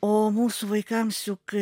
o mūsų vaikams juk